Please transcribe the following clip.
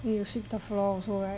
then you sweep the floor also right